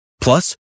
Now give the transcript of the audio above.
Plus